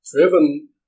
driven